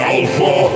Alpha